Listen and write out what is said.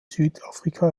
südafrika